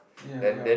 ya ya